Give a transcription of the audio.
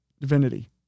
Divinity